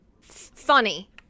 funny